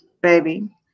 Baby